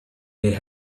they